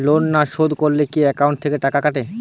Loan না শোধ করলে কি একাউন্ট থেকে টাকা কেটে নেবে?